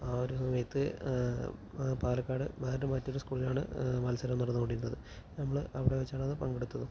ആ ഒരു സമയത്തു പാലക്കാട് വേറൊരു മറ്റൊരു സ്കൂളിലാണ് മത്സരം നടന്നു കൊണ്ടിരുന്നത് നമ്മള് അവിടെ വച്ചാണ് അത് പങ്കെടുത്തതും